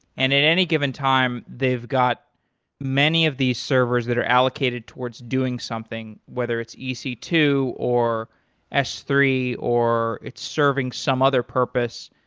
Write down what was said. and at any given time, they've got many of these servers that are allocated towards doing something whether it's e c two or s three or it's serving some other purpose.